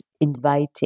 inviting